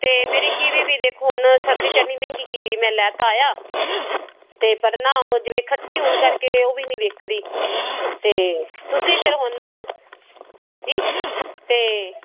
ਅਤੇ ਮੇਰੀ ਕੀਵੀ ਵੀ ਦੇਖੋ ਹੁਣ ਸਰਦੀ 'ਚ ਇੰਨੀ ਮਹਿੰਗੀ ਕੀਵੀ ਮੈਂ ਲੈ ਤਾ ਆਇਆ ਅਤੇ ਪਰ ਨਾ ਉਹ ਜਿਵੇਂ ਖੱਟੀ ਹੋਣ ਕਰਕੇ ਉਹ ਵੀ ਨਹੀਂ ਵਿਕ ਰਹੀ ਅਤੇ ਤੁਸੀਂ ਫੇਰ ਹੁਣ ਹਾਂਜੀ ਅਤੇ